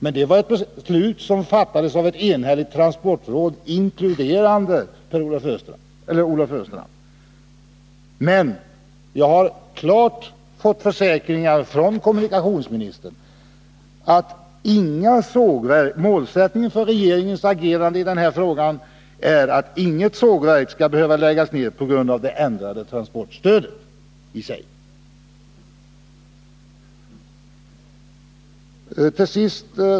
Men det var ett beslut som fattades av ett enhälligt transportråd, inkluderande Olof Östrand. En sak vill jag dock ha sagt: Jag har fått klara försäkringar från kommunikationsministern att målsättningen för regeringens agerande i den här frågan är att inget sågverk skall behöva läggas ned på grund av det ändrade transportstödet i sig.